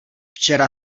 včera